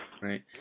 Right